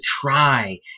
try